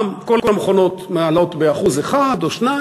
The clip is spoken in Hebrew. כל המכונות מעלות ב1% או 2%,